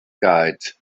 guide